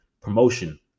promotion